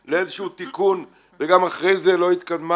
לאיזשהו תיקון וגם אחרי זה לא התקדמה.